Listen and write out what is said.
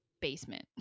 basement